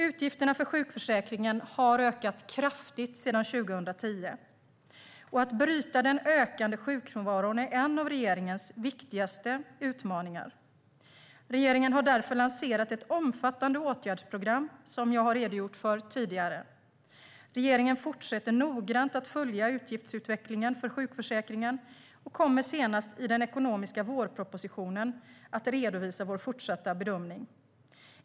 Utgifterna för sjukförsäkringen har ökat kraftigt sedan 2010, och att bryta den ökande sjukfrånvaron är en av regeringens viktigaste utmaningar. Regeringen har därför lanserat ett omfattande åtgärdsprogram som jag har redogjort för tidigare. Regeringen fortsätter noggrant att följa utgiftsutvecklingen för sjukförsäkringen och kommer senast i den ekonomiska vårpropositionen att redovisa sin fortsatta bedömning.